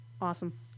Awesome